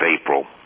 April